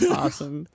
awesome